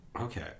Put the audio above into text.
Okay